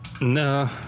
No